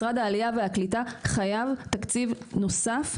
משרד העלייה והקליטה חייב תקציב נוסף,